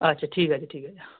আচ্ছা ঠিক আছে ঠিক আছে